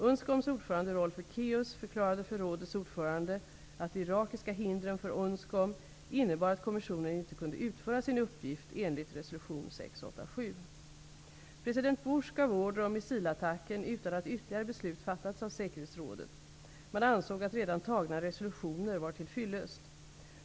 UNSCOM:s ordförande Rolf Ekéus förklarade för rådets ordförande att de irakiska hindren för UNSCOM President Bush gav order om missilattacken utan att ytterligare beslut fattats av säkerhetsrådet. Man ansåg att redan antagna resolutioner var till fyllest.